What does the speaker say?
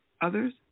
others